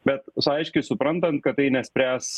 bet aiškiai suprantant kad tai nespręs